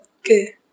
Okay